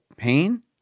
Pain